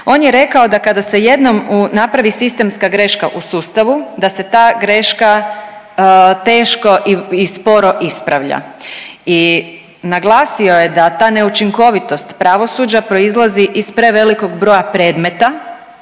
On je rekao da kada se jednom napravi sistemska greška u sustavu da se ta greška teško i sporo ispravlja. I naglasio je da ta neučinkovitost pravosuđa proizlazi iz prevelikog broja predmeta,